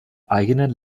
eigenen